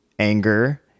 anger